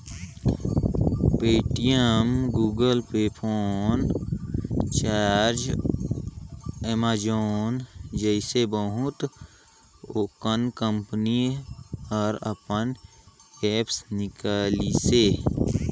Paytm, Google Pay, PhonePe Freecharge, Amazon जइसे बहुत अकन कंपनी हर अपन ऐप्स निकालिसे